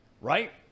right